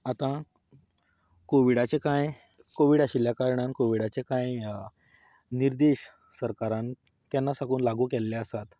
आतां कोविडाचे कांय कोवीड आशिल्ल्या कारणान कोविडाचे कांय निर्देश सरकारान केन्ना साकून लागू केल्ले आसात